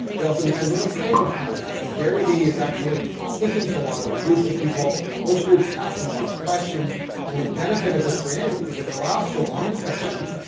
it also depends on the type of content. so gary vee is actually speaking to a lot of groups of people those groups asked him a lot of questions and the benefit of this for him is that it allows for long discussions.